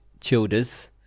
Childers